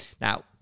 Now